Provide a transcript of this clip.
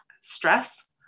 stress